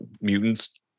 mutants